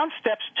steps